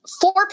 Four